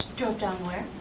drove down where?